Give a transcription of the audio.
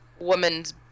woman's